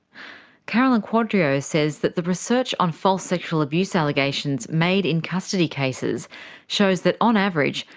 carolyn quadrio says that the research on false sexual abuse allegations made in custody cases shows that on average,